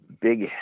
big